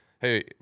hey